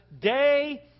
day